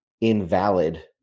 invalid